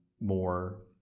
more